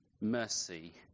mercy